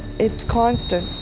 it's constant,